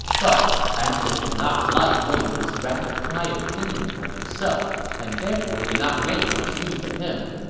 but han xuan did not like wei yan's rather high opinion of himself and therefore did not make much use of him.